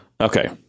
Okay